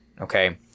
okay